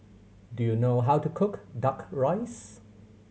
do you know how to cook Duck Rice